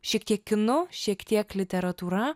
šiek tiek kinu šiek tiek literatūra